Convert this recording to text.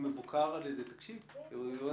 זה לא